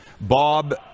bob